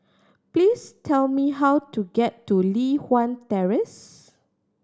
please tell me how to get to Li Hwan Terrace